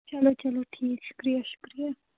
چلو چلو ٹھیٖک شُکریہ شُکریہ